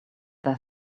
there